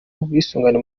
ubwisungane